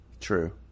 True